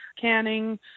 canning